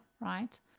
Right